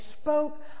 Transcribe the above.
spoke